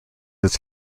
its